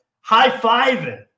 high-fiving